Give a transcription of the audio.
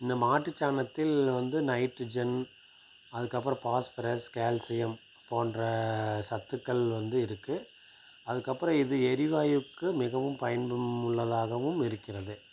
இந்த மாட்டுச் சாணத்தில் வந்து நைட்ரஜன் அதுக்கப்புறம் பாஸ்பரஸ் கால்சியம் போன்ற சத்துக்கள் வந்து இருக்குது அதுக்கு அப்புறம் இது எரிவாயுக்கு மிகவும் பயன் உள்ளதாகவும் இருக்கிறது